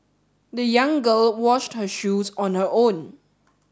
the young girl washed her shoes on her own